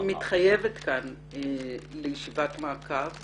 אני מתחייבת כאן לישיבת מעקב